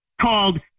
called